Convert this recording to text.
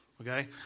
okay